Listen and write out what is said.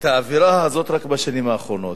את האווירה הזאת רק בשנים האחרונות.